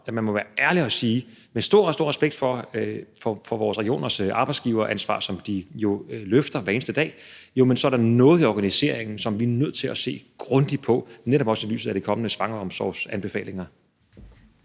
at man må være ærlig og sige med stor, stor respekt for vores regioners arbejdsgiveransvar, som de jo løfter hver eneste dag, at der er noget i organiseringen, som vi er nødt til at se grundigt på, netop også i lyset af de kommende svangreomsorgsanbefalinger.